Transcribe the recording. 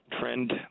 trend